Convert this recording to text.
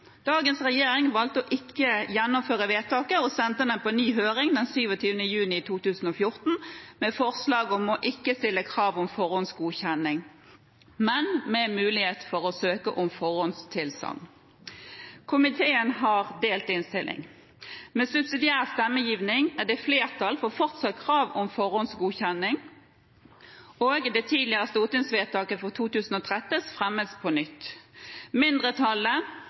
Dagens regjering valgte ikke å gjennomføre vedtaket, og sendte det på ny høring 27. juni 2014 med forslag om ikke å stille krav om forhåndsgodkjenning, men med mulighet for å søke om forhåndstilsagn. Komiteen har delt innstilling. Med subsidiær stemmegiving er det flertall for fortsatt krav om forhåndsgodkjenning, og det tidligere stortingsvedtaket fra 2013 fremmes på nytt. Mindretallet